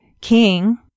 King